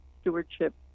stewardship